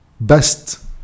best